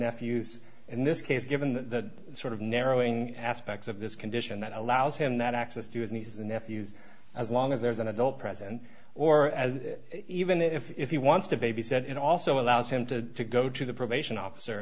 nephews in this case given the sort of narrowing aspects of this condition that allows him that access to his nieces and nephews as long as there's an adult present or even if he wants to baby said it also allows him to go to the probation officer